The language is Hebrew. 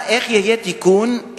לקריאה שנייה ולקריאה שלישית.